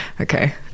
okay